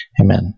amen